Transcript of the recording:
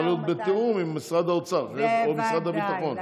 להיות בתיאום עם משרד האוצר או משרד הביטחון,